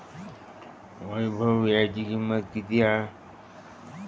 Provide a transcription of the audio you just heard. वैभव वीळ्याची किंमत किती हा?